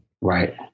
Right